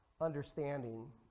understanding